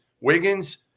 Wiggins